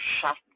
shut